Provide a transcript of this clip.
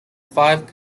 five